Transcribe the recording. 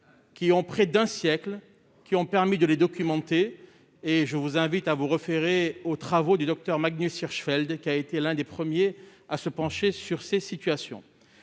qui ont près d'un siècle ont permis de documenter le sujet. Je vous invite à vous référer aux travaux du docteur Magnus Hirschfeld, qui a été l'un des premiers à se pencher sur le sujet.